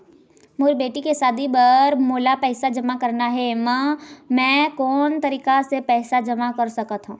मोर बेटी के शादी बर मोला पैसा जमा करना हे, म मैं कोन तरीका से पैसा जमा कर सकत ह?